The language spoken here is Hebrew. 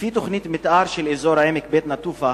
לפי תוכנית מיתאר של אזור עמק בית-נטופה,